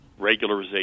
Regularization